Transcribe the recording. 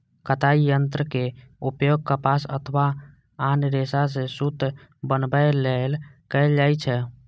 कताइ यंत्रक उपयोग कपास अथवा आन रेशा सं सूत बनबै लेल कैल जाइ छै